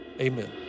Amen